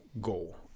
goal